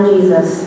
Jesus